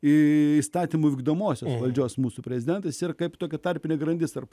įstatymų vykdomosios valdžios mūsų prezidentas ir kaip tokia tarpinė grandis tarp